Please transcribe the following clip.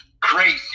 crazy